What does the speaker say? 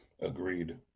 Agreed